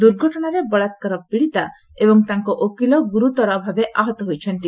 ଦୂର୍ଘଟଣାରେ ବଳାକାର ପୀଡ଼ିତା ଏବଂ ତାଙ୍କର ଓକିଲ ଗୁର୍ତ୍ତର ଭାବେ ଆହତ ହୋଇଛନ୍ତି